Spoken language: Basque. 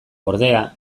ordea